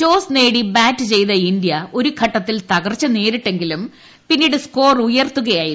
toss നേടി ആദ്യും bat ചെയ്ത ഇന്ത്യ ഒരു ഘട്ടത്തിൽ തകർച്ച നേരിട്ടെങ്കിലും പിന്നീട് സ്കോർ ഉയർത്തുകയായിരുന്നു